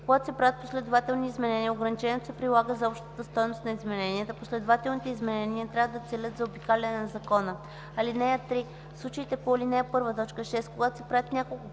Когато се правят последователни изменения, ограничението се прилага за общата стойност на измененията. Последователните изменения не трябва да целят заобикаляне на закона. (3) В случаите по ал. 1, т. 6, когато се правят няколко